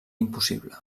impossible